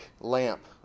lamp